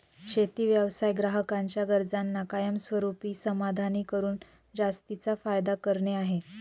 शेती व्यवसाय ग्राहकांच्या गरजांना कायमस्वरूपी समाधानी करून जास्तीचा फायदा करणे आहे